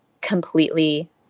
completely